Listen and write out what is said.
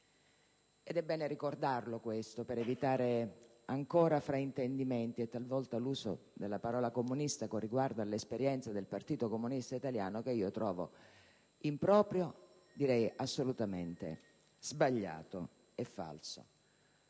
Ed è bene ricordarlo per evitare ancora fraintendimenti nell'uso della parola «comunista» con riguardo all'esperienza del Partito Comunista Italiano, che io trovo improprio: direi assolutamente sbagliato e falso.